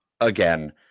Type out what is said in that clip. again